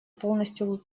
полностью